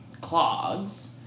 clogs